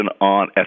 on